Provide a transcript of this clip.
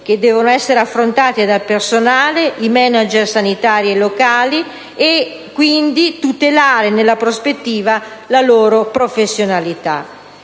che devono essere affrontate dal personale, i manager sanitari locali e quindi tutelare nella prospettiva la loro professionalità.